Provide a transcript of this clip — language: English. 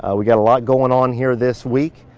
ah we got a lot going on here this week,